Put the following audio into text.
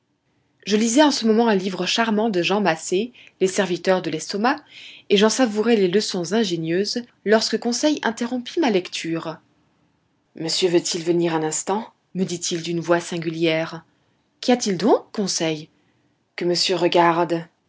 je lisais en ce moment un livre charmant de jean macé les serviteurs de l'estomac et j'en savourais les leçons ingénieuses lorsque conseil interrompit ma lecture monsieur veut-il venir un instant me dit-il d'une voix singulière qu'y a-t-il donc conseil que monsieur regarde